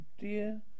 dear